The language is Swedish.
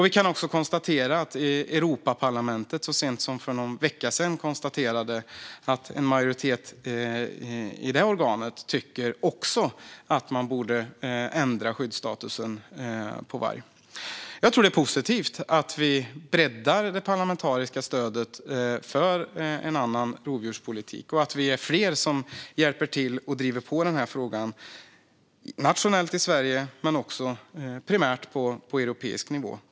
Vi kan också konstatera att Europaparlamentet så sent som för någon vecka sedan konstaterade att en majoritet i det organet också tycker att man borde ändra skyddsstatusen för varg. Jag tror att det är positivt att vi breddar det parlamentariska stödet för en annan rovdjurspolitik och att vi är fler som hjälper till att driva på i den här frågan nationellt i Sverige men också, och primärt, på europeisk nivå.